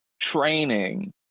training